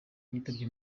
yitabye